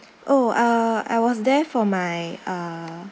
oh uh I was there for my uh